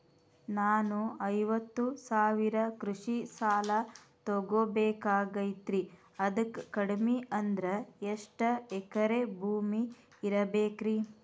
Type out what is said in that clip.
ನಾನು ಐವತ್ತು ಸಾವಿರ ಕೃಷಿ ಸಾಲಾ ತೊಗೋಬೇಕಾಗೈತ್ರಿ ಅದಕ್ ಕಡಿಮಿ ಅಂದ್ರ ಎಷ್ಟ ಎಕರೆ ಭೂಮಿ ಇರಬೇಕ್ರಿ?